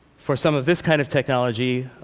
for some of this kind of technology,